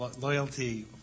loyalty